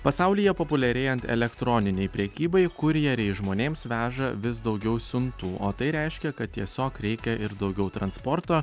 pasaulyje populiarėjant elektroninei prekybai kurjeriai žmonėms veža vis daugiau siuntų o tai reiškia kad tiesiog reikia ir daugiau transporto